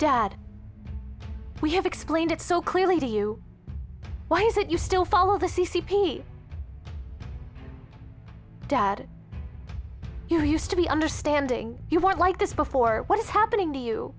dad we have explained it so clearly to you why is it you still follow the c c p dad you used to be understanding you weren't like this before what is happening to you